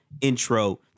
intro